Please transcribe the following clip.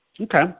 Okay